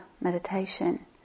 meditation